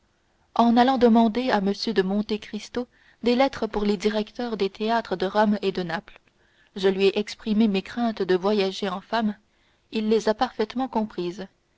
en allant demander à m de monte cristo des lettres pour les directeurs des théâtres de rome et de naples je lui ai exprimé mes craintes de voyager en femme il les a parfaitement comprises